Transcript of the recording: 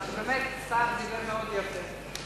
השר באמת דיבר מאוד יפה,